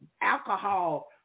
alcohol